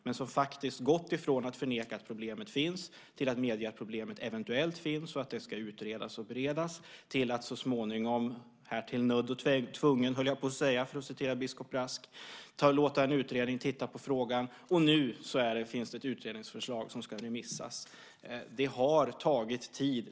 Men man har faktiskt gått från att förneka att problemet finns till att medge att problemet eventuellt finns och att det ska utredas och beredas till att så småningom, härtill nödd och tvungen, höll jag på att säga för att citera biskop Brask, låta en utredning titta på frågan. Nu finns det ett utredningsförslag som ska remissas. Det har tagit tid.